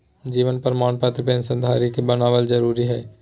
जीवन प्रमाण पत्र पेंशन धरी के बनाबल जरुरी हइ